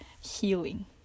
healing